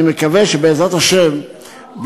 אני מקווה שבעזרת השם,